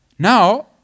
Now